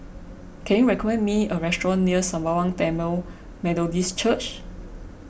can you recommend me a restaurant near Sembawang Tamil Methodist Church